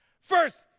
First